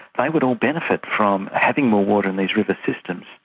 they would all benefit from having more water in these river systems.